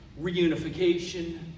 reunification